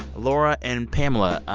laura and pamela,